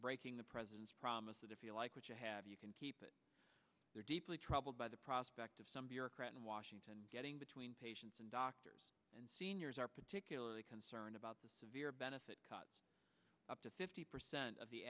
breaking the president's promise that if you like what you have you can keep it there deeply troubled by the prospect of some bureaucrat in washington getting between patients and doctors are particularly concerned about the benefit cuts up to fifty percent of the